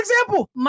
example